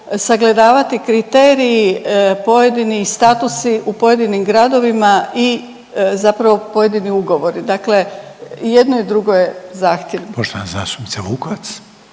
sagledavati kriteriji, pojedini statusi u pojedinim gradovima i zapravo pojedini ugovori, dakle jedno i drugo je zahtjevno. **Reiner, Željko